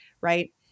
right